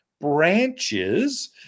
branches